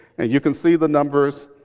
and you can see the numbers.